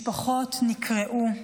משפחות נקרעו,